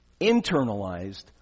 Internalized